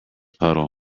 puddle